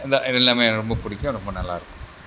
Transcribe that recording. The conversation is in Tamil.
இந்த எல்லாம் எனக்கு ரொம்ப பிடிக்கும் ரொம்ப நல்லாயிருக்கும்